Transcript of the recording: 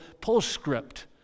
postscript